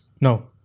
No